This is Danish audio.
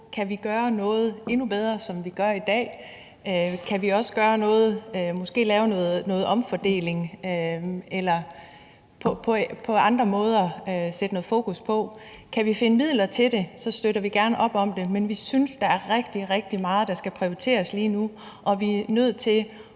som vi gør i dag, endnu bedre. Kan vi også gøre noget ved måske noget omfordeling eller på andre måder sætte noget fokus på det? Kan vi finde midler til det, støtter vi gerne op om det, men vi synes, at der er rigtig, rigtig meget, der skal prioriteres lige nu, og vi er nødt til